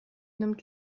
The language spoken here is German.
nimmt